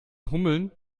hummeln